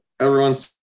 everyone's –